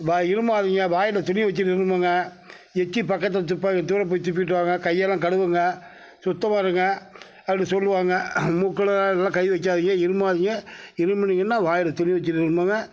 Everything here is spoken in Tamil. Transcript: இருமாதிங்க வாயில் துணி வச்சு இருமுங்க எச்சில் பக்கத்தில் துப்பா தூர போய் துப்பிட்டு வாங்க கையெலாம் கழுவுங்க சுத்தமாக இருங்க அப்படி சொல்லுவாங்க மூக்கில் இதெல்லாம் கை வைக்காதிங்க இருமாதிங்க இருமுனிங்கனால் வாயில் துணி வச்சிட்டு இருமுங்க